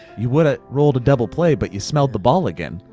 you woulda rolled a double play but you smelled the ball again.